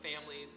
families